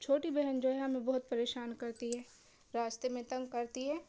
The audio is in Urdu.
چھوٹی بہن جو ہے ہمیں بہت پریشان کرتی ہے راستے میں تنگ کرتی ہے